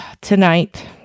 Tonight